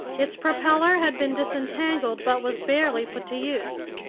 its propeller had been disentangled but was barely put to use.